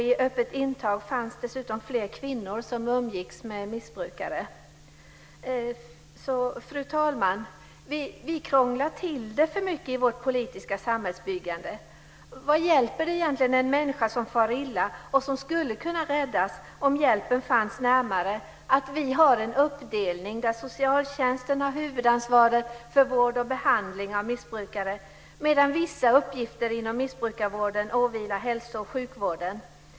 I öppet intag fanns också fler kvinnor som umgicks med missbrukare. Fru talman! Vi krånglar till det för mycket i vårt politiska samhällsbyggande. Vad hjälper det egentligen en människa som far illa, och som skulle kunna räddas om hjälpen fanns närmare, att vi har en uppdelning där socialtjänsten har huvudansvaret för vård och behandling av missbrukare, medan vissa uppgifter inom missbrukarvården åvilar hälso och sjukvården?